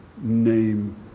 name